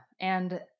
And-